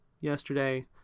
yesterday